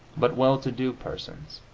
but well-to-do persons.